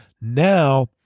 Now